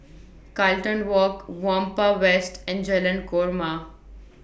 Carlton Walk Whampoa West and Jalan Korma